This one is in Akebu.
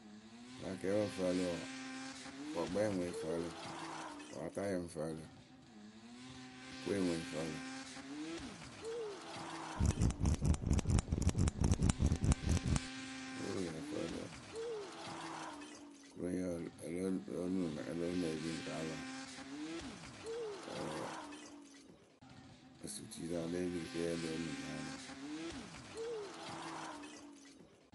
rɨ akɛɛpǝ pǝ fǝǝlɨ wǝǝ fʊkpɛɛ ŋwe fǝǝlɨ wǝ́ atayǝ ŋwe ŋ fǝǝlɨ kwe ŋwe fǝǝlǝ kwe ŋwe fǝǝlǝ kɨroŋyǝ wɔ ǝ lǝǝ o lóo nuŋ epiri ŋwɨ ka lɔ osutuyǝ sa e lée piri ke o lóo nuŋ na alɔ.